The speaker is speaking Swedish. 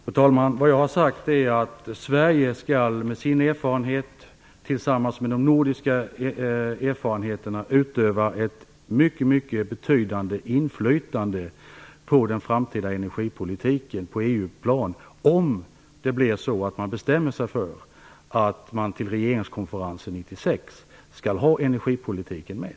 Fru talman! Vad jag har sagt är att Sverige, med sin erfarenhet och tillsammans med de nordiska erfarenheterna, skall utöva ett mycket betydande inflytande på den framtida energipolitiken på EU-planet, om det blir så att man bestämmer sig för att man till regeringskonferensen 1996 skall ha energipolitiken med.